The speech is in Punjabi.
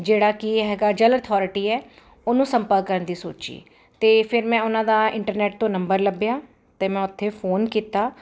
ਜਿਹੜਾ ਕਿ ਹੈਗਾ ਜਲ ਅਥੋਰਟੀ ਹੈ ਉਹਨੂੰ ਸੰਪਰਕ ਕਰਨ ਦੀ ਸੋਚੀ ਅਤੇ ਫਿਰ ਮੈਂ ਉਹਨਾਂ ਦਾ ਇੰਟਰਨੈਟ ਤੋਂ ਨੰਬਰ ਲੱਭਿਆ ਅਤੇ ਮੈਂ ਉੱਥੇ ਫੋਨ ਕੀਤਾ